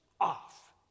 off